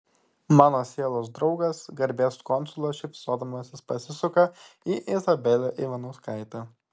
mano sielos draugas garbės konsulas šypsodamasis pasisuka į izabelę ivanauskaitę